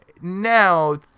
now